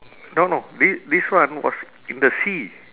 no no thi~ this one was in the sea